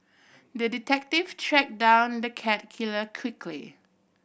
the detective tracked down the cat killer quickly